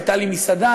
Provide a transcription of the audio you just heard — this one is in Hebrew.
הייתה לי מסעדה,